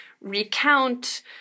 recount